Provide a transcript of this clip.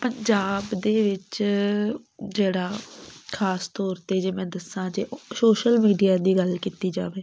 ਪੰਜਾਬ ਦੇ ਵਿੱਚ ਜਿਹੜਾ ਖ਼ਾਸ ਤੌਰ 'ਤੇ ਜੇ ਮੈਂ ਦੱਸਾਂ ਜੇ ਸ਼ੋਸ਼ਲ ਮੀਡੀਆ ਦੀ ਗੱਲ ਕੀਤੀ ਜਾਵੇ